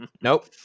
Nope